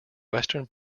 western